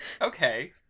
okay